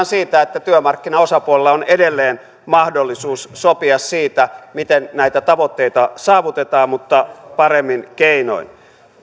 siitä että työmarkkinaosapuolilla on edelleen mahdollisuus sopia siitä miten näitä tavoitteita saavutetaan mutta paremmin keinoin